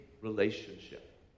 relationship